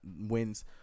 wins